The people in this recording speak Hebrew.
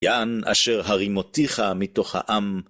יען אשר הרימותיך מתוך העם